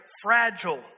fragile